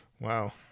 Wow